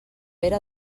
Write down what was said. pere